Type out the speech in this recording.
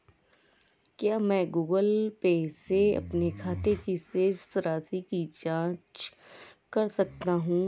क्या मैं Google Pay से अपने खाते की शेष राशि की जाँच कर सकता हूँ?